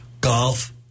golf